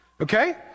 Okay